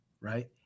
right